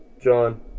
John